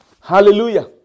Hallelujah